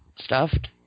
stuffed